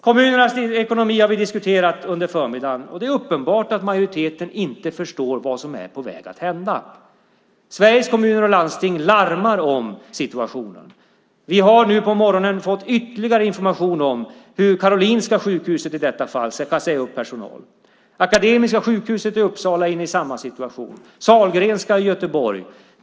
Kommunernas ekonomi har vi diskuterat under förmiddagen, och det är uppenbart att majoriteten inte förstår vad som är på väg att hända. Sveriges Kommuner och Landsting larmar om situationen. Akademiska sjukhuset i Uppsala är i samma situation liksom Sahlgrenska i Göteborg.